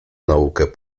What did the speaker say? naukę